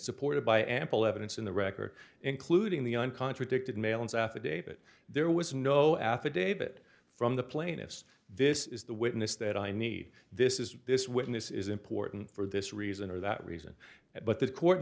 supported by ample evidence in the record including the un contradicted malins affidavit there was no affidavit from the plaintiffs this is the witness that i need this is this witness is important for this reason or that reason but the court